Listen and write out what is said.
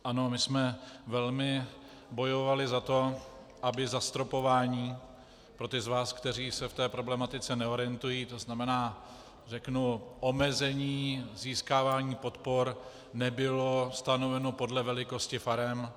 Ano, my jsme velmi bojovali za to, aby zastropování pro ty z vás, kteří se v té problematice neorientují, to znamená omezení získávání podpor nebylo stanoveno podle velikosti farem.